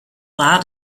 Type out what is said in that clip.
war